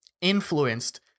influenced